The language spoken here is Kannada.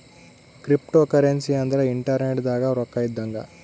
ಕ್ರಿಪ್ಟೋಕರೆನ್ಸಿ ಅಂದ್ರ ಇಂಟರ್ನೆಟ್ ದಾಗ ರೊಕ್ಕ ಇದ್ದಂಗ